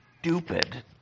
stupid